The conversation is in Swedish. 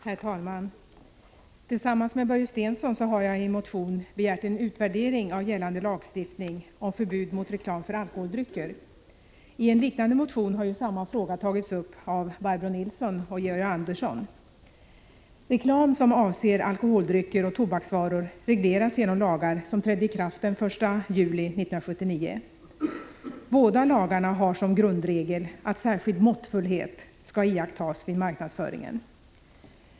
Herr talman! Tillsammans med Börje Stensson har jag i en motion begärt en utvärdering av gällande lagstiftning om förbud mot reklam för alkoholdrycker. I en liknande motion har samma fråga tagits upp av Barbro Nilsson och Georg Andersson. Reklam som avser alkoholdrycker och tobaksvaror regleras genom lagar som trädde i kraft den 1 juli 1979. Båda lagarna har som grundregel att särskild måttfullhet skall iakttas vid marknadsföringen.